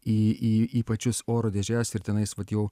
į į į pačius oro dėžes ir tenais vat jau